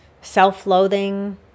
self-loathing